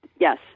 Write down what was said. Yes